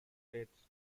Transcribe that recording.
states